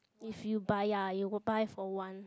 if you buy ya you buy for one